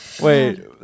Wait